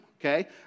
okay